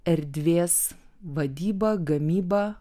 erdvės vadyba gamyba